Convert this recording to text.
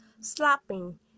slapping